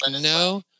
no